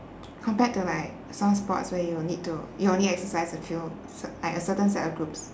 compared to like some sports where you'll need to you only exercise a few ce~ like a certain set of groups